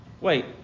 wait